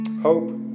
Hope